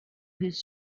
his